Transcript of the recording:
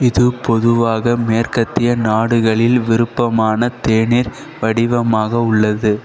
இது பொதுவாக மேற்கத்திய நாடுகளில் விருப்பமான தேநீர் வடிவமாக உள்ளது